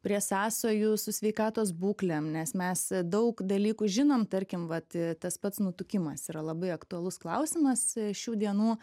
prie sąsajų su sveikatos būklėm nes mes daug dalykų žinom tarkim vat tas pats nutukimas yra labai aktualus klausimas šių dienų